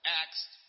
asked